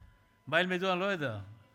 יש לכם בעיית קשב